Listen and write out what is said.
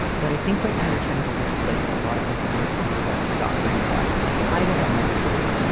but i think right now you're trying to displace a lot of different things onto both your doctor and your wife. like, i don't want to lose weight,